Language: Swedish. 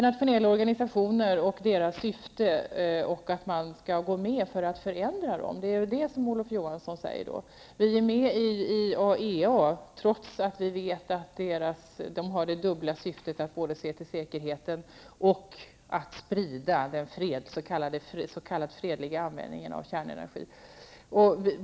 Olof Johansson säger att man skall gå med i internationella organisationer för att kunna förändra dem. Vi är med i IAEA, trots att vi vet att den organisationen har det dubbla syftet att både se till säkerheten och sprida den s.k. fredliga användningen av kärnenergi.